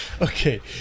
Okay